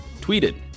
tweeted